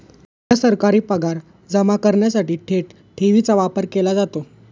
उदा.सरकारी पगार जमा करण्यासाठी थेट ठेवीचा वापर केला जातो